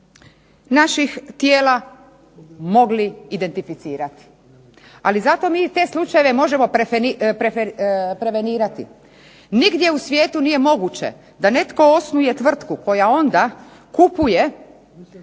naših tijela mogli identificirati. Ali zato mi te slučajeve možemo prevenirati. Nigdje u svijetu nije moguće da netko osnuje tvrtku koja onda kupuje